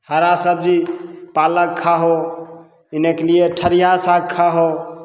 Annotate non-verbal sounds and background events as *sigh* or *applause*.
हरा सब्जी पालक खाहो *unintelligible* ठरिया साग खाहो